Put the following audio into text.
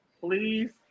please